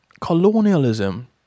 colonialism